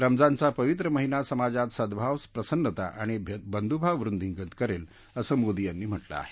रमजानचा पवित्रा महिना समाजात सदभाव प्रसन्नता आणि बंधुभाव वृद्धींगत करेल असं मोदी यांनी म्हटलं आहे